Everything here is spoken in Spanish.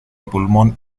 pulmón